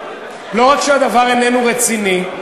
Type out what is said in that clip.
לא רק שהדבר איננו רציני,